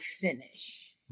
finish